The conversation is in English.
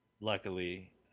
Luckily